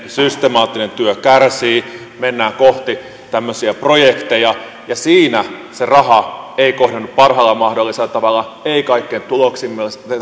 systemaattinen työ kärsii mennään kohti tämmöisiä projekteja ja siinä se raha ei kohdennu parhaalla mahdollisella tavalla ei kaikkein